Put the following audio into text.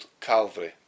Calvary